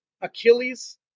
Achilles